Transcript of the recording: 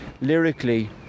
lyrically